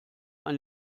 ein